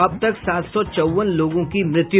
अब तक सात सौ चौवन लोगों की मृत्यु